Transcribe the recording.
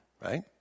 right